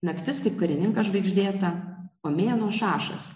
naktis kaip karininkas žvaigždėta o mėnuo šašas